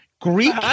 Greek